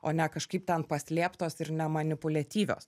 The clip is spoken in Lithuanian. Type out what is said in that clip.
o ne kažkaip ten paslėptos ir ne manipuliatyvios